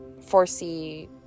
foresee